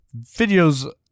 Videos